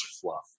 fluff